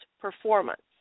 performance